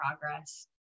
progress